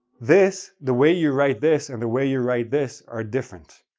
this the way you write this and the way you write this are different,